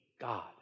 God